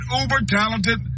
uber-talented